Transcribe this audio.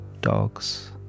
dogs